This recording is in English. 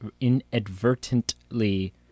inadvertently